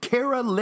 Kara